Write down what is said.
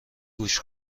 گوش